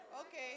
Okay